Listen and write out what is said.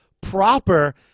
proper